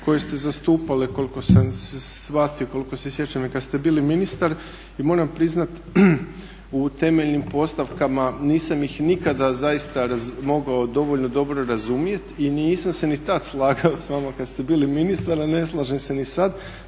koje ste zastupali koliko sam shvatio, koliko se sjećam i kad ste bili ministar. I moram priznati u temeljnim postavkama, nisam ih nikada zaista mogao dovoljno dobro razumjeti i nisam se ni tad slagao sa vama kad ste bili ministar, a ne slažem se ni sad,